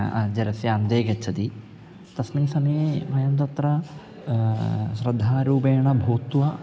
जलस्य अन्ते गच्छति तस्मिन् समये वयं तत्र श्रद्धारूपेण भूत्वा